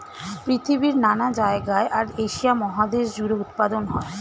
পৃথিবীর নানা জায়গায় আর এশিয়া মহাদেশ জুড়ে উৎপাদন হয়